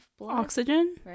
oxygen